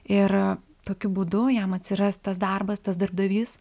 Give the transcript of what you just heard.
ir tokiu būdu jam atsiras tas darbas tas darbdavys